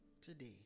Today